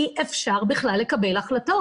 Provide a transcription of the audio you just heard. אי אפשר בכלל לקבל החלטות.